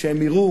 כשהם יראו,